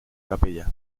capella